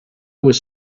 was